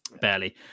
barely